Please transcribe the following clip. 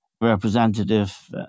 representative